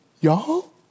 y'all